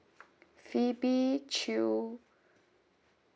phoebe chew